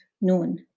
nun